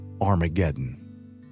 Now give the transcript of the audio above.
Armageddon